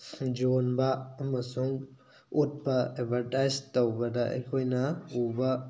ꯌꯣꯟꯕ ꯑꯃꯁꯨꯡ ꯎꯠꯄ ꯑꯦꯕꯔꯇꯥꯏꯁ ꯇꯧꯕꯗ ꯑꯩꯈꯣꯏꯅ ꯎꯕ